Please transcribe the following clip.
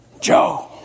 Joe